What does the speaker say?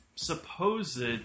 supposed